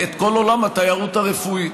כל עולם התיירות הרפואית,